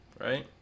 right